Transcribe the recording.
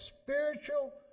spiritual